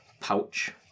pouch